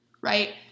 right